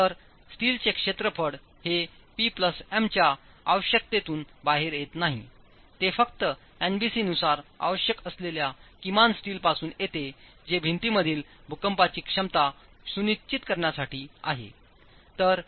तर स्टीलचे क्षेत्रफळ हे P प्लस M च्या आवश्यकतेतून बाहेर येत नाही ते फक्त एनबीसी नुसार आवश्यक असलेल्या किमान स्टीलपासून येते जे भिंतीमधील भूकंपाची क्षमता सुनिश्चित करण्यासाठी आहे